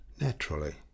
naturally